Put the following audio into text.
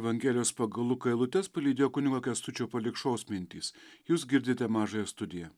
evangelijos pagal luką eilutes palydėjo kunigo kęstučio palikšos mintys jūs girdite mažąją studiją